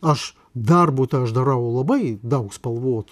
aš darbui tai aš darau labai daug spalvotų